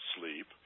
sleep